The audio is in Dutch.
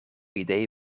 idee